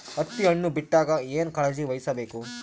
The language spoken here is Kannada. ಹತ್ತಿ ಹಣ್ಣು ಬಿಟ್ಟಾಗ ಏನ ಕಾಳಜಿ ವಹಿಸ ಬೇಕು?